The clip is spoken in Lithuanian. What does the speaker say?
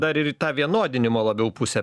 dar ir į tą vienodinimo labiau pusę